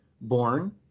born